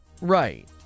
Right